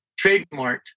trademarked